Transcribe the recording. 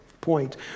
point